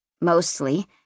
Mostly